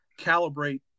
calibrate